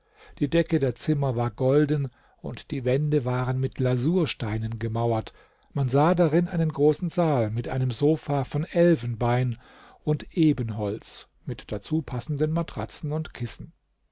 die decke der zimmer war golden und die wände waren mit lasursteinen gemauert man sah darin einen großen saal mit einem sofa von elfenbein und ebenholz mit dazu passenden matratzen und kissen